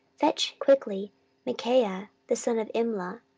fetch quickly micaiah the son of imla.